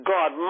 God